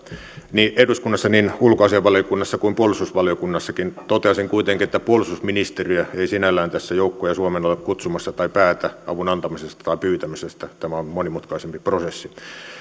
niin eduskunnassa niin ulkoasiainvaliokunnassa kuin puolustusvaliokunnassakin toteaisin kuitenkin että puolustusministeriö ei sinällään tässä ole kutsumassa joukkoja suomeen tai päätä avun antamisesta tai pyytämisestä tämä on monimutkaisempi prosessi